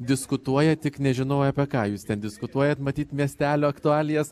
diskutuoja tik nežinojau apie ką jūs diskutuojat matyt miestelio aktualijas